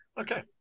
Okay